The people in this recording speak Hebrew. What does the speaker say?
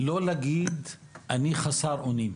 לא להגיד אני חסר אונים.